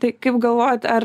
tai kaip galvojat ar